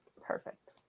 Perfect